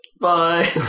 Bye